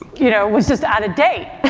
you know, was just out of date.